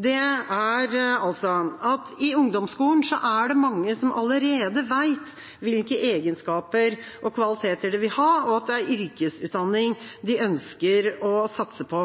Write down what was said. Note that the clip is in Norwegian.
er at i ungdomsskolen er det mange som allerede vet hvilke egenskaper og kvaliteter de har, og at det er yrkesutdanning de ønsker å satse på.